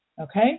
Okay